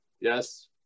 Yes